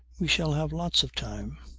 we shall have lots of time.